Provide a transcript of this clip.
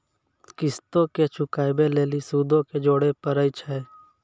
किश्तो के चुकाबै लेली सूदो के जोड़े परै छै